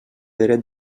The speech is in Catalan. dret